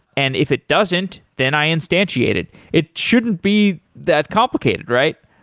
and if it doesn't, then i instantiate it. it shouldn't be that complicated, right?